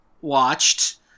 watched